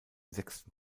sechsten